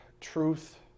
truth